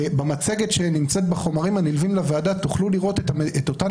במצגת שנמצאת בחומרים הנלווים לוועדה תוכלו לראות את אותן